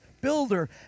builder